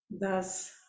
thus